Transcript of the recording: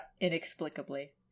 Inexplicably